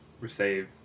receive